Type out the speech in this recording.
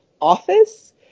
office